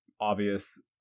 obvious